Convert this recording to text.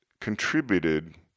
contributed